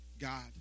God